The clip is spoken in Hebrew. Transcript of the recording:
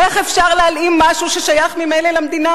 איך אפשר להלאים משהו שממילא שייך למדינה,